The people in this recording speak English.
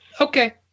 Okay